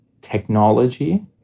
technology